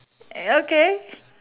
eh okay